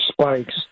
spikes